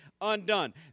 undone